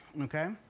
okay